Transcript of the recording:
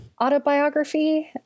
autobiography